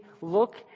look